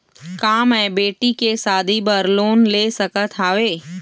का मैं बेटी के शादी बर लोन ले सकत हावे?